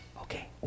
Okay